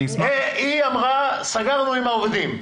היא אמרה שסגרו עם העובדים.